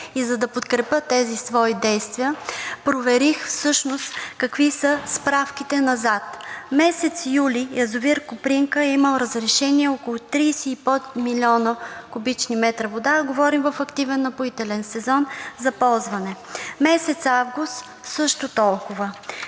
И за да подкрепя тези свои действия, проверих всъщност какви са справките назад. Месец юли язовир „Копринка“ е имал разрешение около и под 30 млн. куб. м – говорим в активен напоителен сезон, за ползване. Месец август – също толкова,